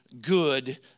good